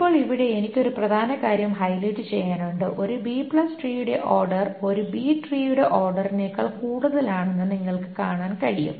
ഇപ്പോൾ ഇവിടെ എനിക്ക് ഒരു പ്രധാന കാര്യം ഹൈലൈറ്റ് ചെയ്യാനുണ്ട് ഒരു ബി ട്രീയുടെ B tree ഓർഡർ ഒരു ബി ട്രീയുടെ ഓർഡറിനേക്കാൾ കൂടുതലാണെന്ന് നിങ്ങൾക്കു കാണാൻ കഴിയും